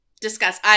Discuss